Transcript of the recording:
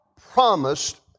promised